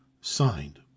Signed